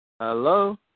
Hello